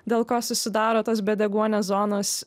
dėl ko susidaro tos be deguonies zonos